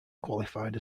qualified